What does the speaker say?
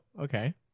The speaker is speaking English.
okay